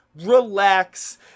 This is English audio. relax